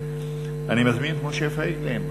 אני מזמין את משה פייגלין.